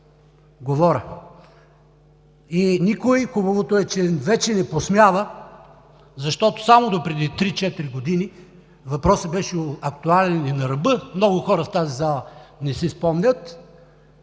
И никой, хубавото е, че вече не смее, защото само допреди три-четири години въпросът беше актуален и на ръба – много хора в тази зала не си спомнят